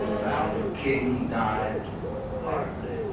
ralph king died horribly